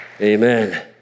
Amen